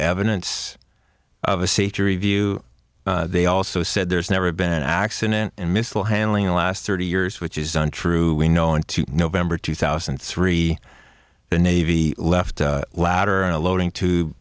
evidence of a safety review they also said there's never been an accident in missile handling the last thirty years which is untrue we know into november two thousand and three the navy left ladder on a loading t